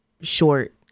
short